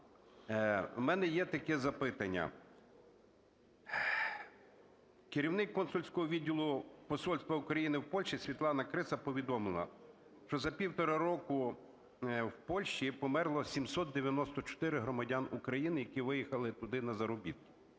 В мене є таке запитання. Керівник консульського відділу посольства України в Польщі Світлана Криса повідомила, що за півтора року в Польщі померло 794 громадян України, які виїхали туди на заробітки.